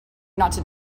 not